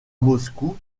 moscou